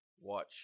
watch